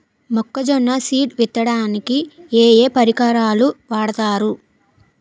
మొక్కజొన్న సీడ్ విత్తడానికి ఏ ఏ పరికరాలు వాడతారు?